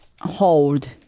hold